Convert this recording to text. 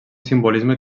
simbolisme